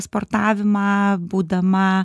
sportavimą būdama